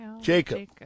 Jacob